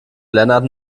lennart